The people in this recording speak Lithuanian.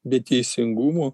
bei teisingumo